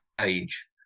age